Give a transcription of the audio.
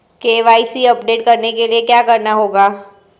KYC update करने के लिए क्या करना होगा?